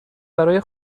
برای